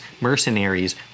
mercenaries